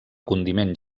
condiment